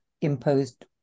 imposed